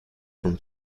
from